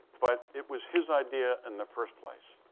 but it was his idea in the first place.